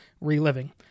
reliving